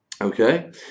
okay